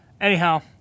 Anyhow